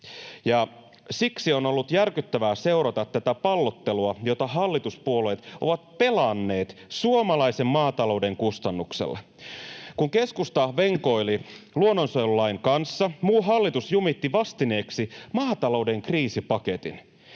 Siksi on ollut järkyttävää seurata tätä pallottelua, jota hallituspuolueet ovat pelanneet suomalaisen maatalouden kustannuksella. Kun keskusta venkoili luonnonsuojelulain kanssa, muu hallitus jumitti vastineeksi maatalouden kriisipaketin.